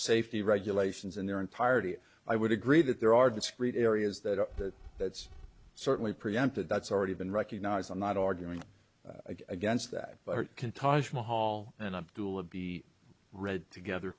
safety regulations in their entirety i would agree that there are discrete areas that are that that's certainly preempted that's already been recognized i'm not arguing against that but can taj mahal and up dula be read together